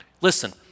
Listen